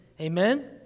Amen